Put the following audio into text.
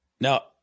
Now